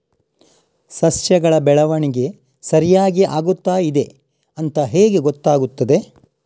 ಸಸ್ಯಗಳ ಬೆಳವಣಿಗೆ ಸರಿಯಾಗಿ ಆಗುತ್ತಾ ಇದೆ ಅಂತ ಹೇಗೆ ಗೊತ್ತಾಗುತ್ತದೆ?